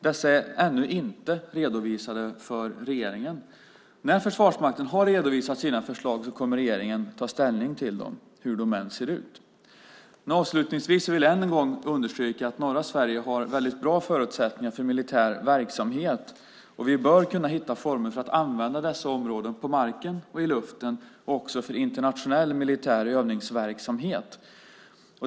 Dessa är ännu inte redovisade för regeringen. När Försvarsmakten har redovisat sina förslag kommer regeringen att ta ställning till dem, hur de än ser ut. Avslutningsvis vill jag än en gång understryka att norra Sverige har väldigt bra förutsättningar för militär verksamhet. Vi bör kunna hitta former att använda dessa områden på marken och i luften och också för internationell militär övningsverksamhet.